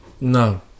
No